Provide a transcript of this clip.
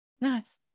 nice